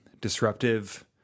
disruptive